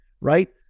right